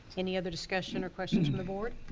any other discussion or questions from the board?